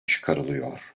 çıkarılıyor